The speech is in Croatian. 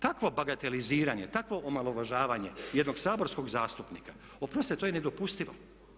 Takvo bagateliziranje, takvo omalovažavanje jednog saborskog zastupnika, oprostite to je nedopustivo.